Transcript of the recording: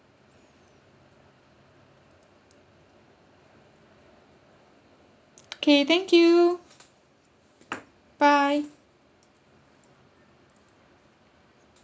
okay thank you bye